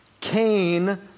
Cain